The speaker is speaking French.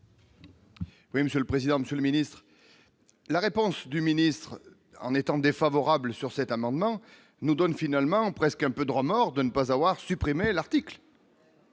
Oui, Monsieur le président, Monsieur le Ministre, la réponse du ministre en étant défavorable sur cet amendement, nous donne finalement presque un peu de remords de ne pas avoir supprimé l'article.